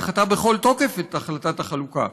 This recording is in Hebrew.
דחתה בכל תוקף את החלטת החלוקה.